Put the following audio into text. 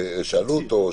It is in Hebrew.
שאלו אותו.